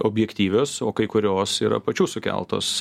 objektyvios o kai kurios yra pačių sukeltos